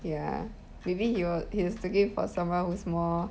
ya maybe he wa~ he is looking for someone who's more